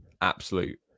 absolute